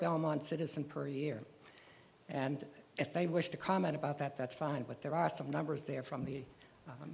belmont citizen per year and if they wish to comment about that that's fine but there are some numbers there from the